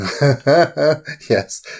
Yes